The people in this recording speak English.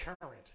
current